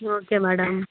okay madam